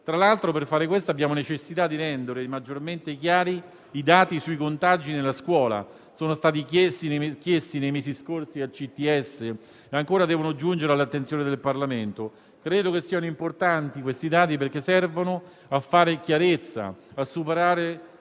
Tra l'altro, per fare questo, abbiamo necessità di rendere maggiormente chiari i dati sui contagi nella scuola, che sono stati chiesti nei mesi scorsi al CTS e ancora devono giungere all'attenzione del Parlamento. Credo che questi dati siano importanti perché servono a fare chiarezza, a far